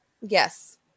Yes